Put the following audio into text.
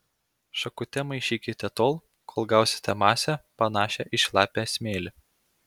šakute maišykite tol kol gausite masę panašią į šlapią smėlį